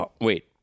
Wait